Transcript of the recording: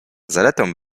zaletą